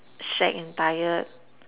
shag and tired